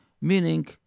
Meaning